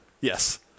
yes